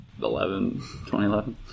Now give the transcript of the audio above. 2011